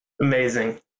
Amazing